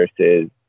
versus